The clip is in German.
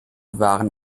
waren